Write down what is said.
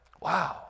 wow